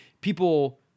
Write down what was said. people